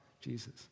Jesus